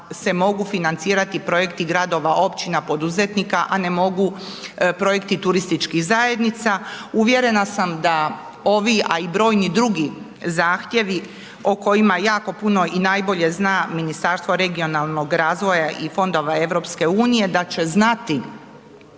da se mogu financirati projekti gradova, općina, poduzetnika, a ne mogu projekti turističkih zajednica. Uvjerena sam da ovi, a i brojni drugi zahtjevi o kojima jako puno i najbolje zna Ministarstvo regionalnog razvoja i fondova EU da će znati